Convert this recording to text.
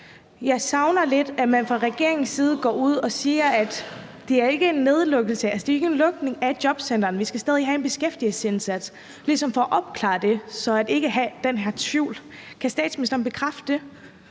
Jeg savner lidt, at man fra regeringens side går ud og siger, at det ikke er en lukning af jobcentrene, og at vi stadig skal have en beskæftigelsesindsats, altså ligesom for at opklare det, så der ikke er den her tvivl. Kan statsministeren bekræfte det?